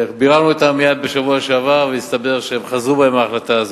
ביררנו אתם בשבוע שעבר והסתבר שהם חזרו בהם מההחלטה הזאת.